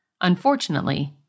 Unfortunately